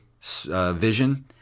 vision